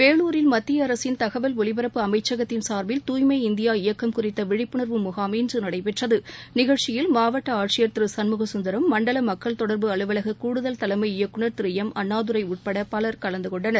வேலூரில் மத்திய அரசின் தகவல் ஒலிபரப்பு அமைச்சகத்தின் சார்பில் துய்மை இந்தியா இயக்கம் குறித்த விழிப்புணர்வு முனம் இன்று நடைபெற்றது நிகழ்ச்சியில் மாவட்ட ஆட்சியர் திரு சண்முக சுந்தரம் மண்டல மக்கள் தொடர்பு அலுவலக கூடுதல் தலைமை இயக்குநர் திரு எம் அண்ணாதுரை உட்பட பலர் கலந்துகொண்டனர்